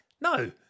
No